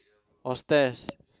or stairs